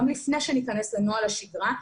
גם לפני שניכנס לנוהל השגרה,